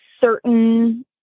certain